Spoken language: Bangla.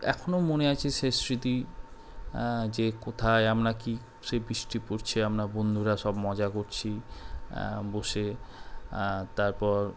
এখনও মনে আছে সে স্মৃতি যে কোথায় আমরা কী সেই বৃষ্টি পড়ছে আমর বন্ধুরা সব মজা করছি বসে তারপর